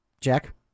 Jack